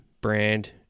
brand